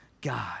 God